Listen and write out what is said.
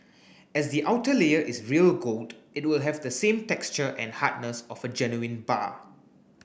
as the outer layer is real gold it will have the same texture and hardness of a genuine bar